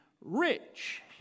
rich